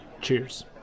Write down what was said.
Cheers